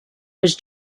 was